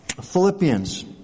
Philippians